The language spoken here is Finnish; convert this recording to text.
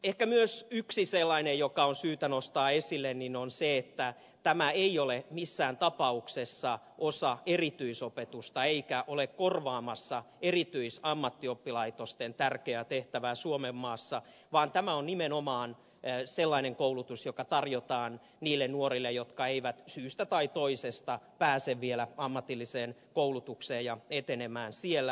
ehkä myös yksi sellainen asia joka on syytä nostaa esille on se että tämä ei ole missään tapauksessa osa erityisopetusta eikä ole korvaamassa erityisammattioppilaitosten tärkeää tehtävää suomenmaassa vaan tämä on nimenomaan sellainen koulutus joka tarjotaan niille nuorille jotka eivät syystä tai toisesta pääse vielä ammatilliseen koulutukseen ja etenemään siellä